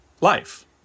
life